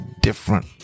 different